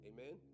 Amen